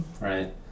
right